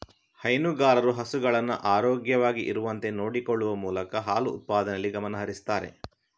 ಹೈನುಗಾರರು ಹಸುಗಳನ್ನ ಆರೋಗ್ಯವಾಗಿ ಇರುವಂತೆ ನೋಡಿಕೊಳ್ಳುವ ಮೂಲಕ ಹಾಲು ಉತ್ಪಾದನೆಯಲ್ಲಿ ಗಮನ ಹರಿಸ್ತಾರೆ